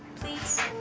please?